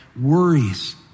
worries